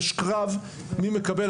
יש קרב מי מקבל,